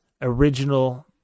original